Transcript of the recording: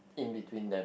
in between them